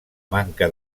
manca